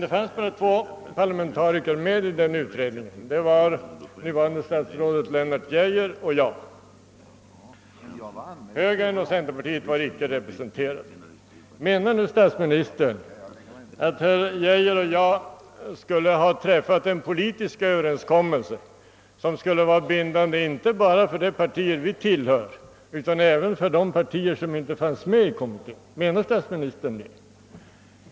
Det fanns bara två parlamentariker med i denna utredning: nuvarande statsrådet Lennart Geijer och jag. Högern och centerpartiet var icke representerade. Menar statsministern att herr Geijer och jag skulle ha träffat en politisk överenskommelse, som skulle vara bindande inte bara för de partier vi tillhör utan även för de partier som inte fanns med i kommittén?